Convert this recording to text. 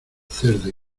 cerdo